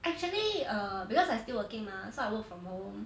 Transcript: actually err because I still working mah so I work from home